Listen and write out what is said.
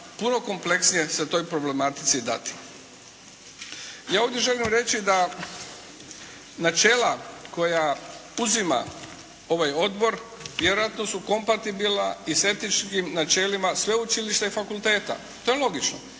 puno kompleksnije se toj problematici dati. Ja ovdje želim reći da načela koja uzima ovaj odbor vjerojatno su kompatibilna i s etičkim načelima sveučilišta i fakulteta, to je logično.